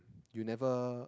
you never